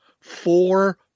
Four